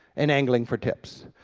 and angling for tips.